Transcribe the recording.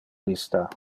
lista